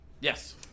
Yes